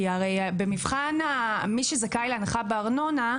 כי הרי מי שזכאי להנחה בארנונה,